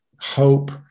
hope